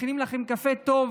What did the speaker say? מכינים לכם קפה טוב.